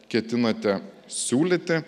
ketinate siūlyti